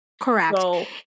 Correct